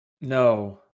No